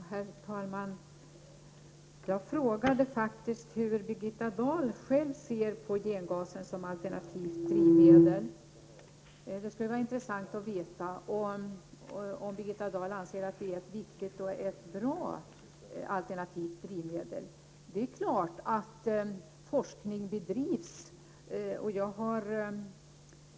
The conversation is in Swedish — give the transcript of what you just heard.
Herr talman! Jag frågade faktiskt hur Birgitta Dahl själv ser på gengasen som alternativt drivmedel. Det skulle vara intressant att veta om Birgitta Dahl anser att det är ett viktigt och ett bra alternativt drivmedel. Det är klart att det bedrivs forskning.